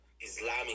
Islamic